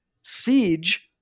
siege